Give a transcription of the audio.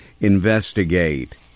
investigate